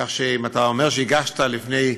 כך שאם אתה אומר שהגשת לפני,